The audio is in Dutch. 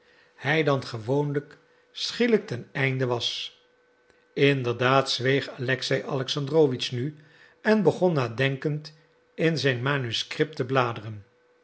hij dan gewoonlijk schielijk ten einde was inderdaad zweeg alexei alexandrowitsch nu en begon nadenkend in zijn manuscript te bladeren